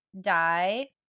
die